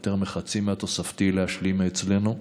יותר מחצי מהתוספתי להשלים מאצלנו.